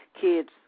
kids